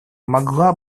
могла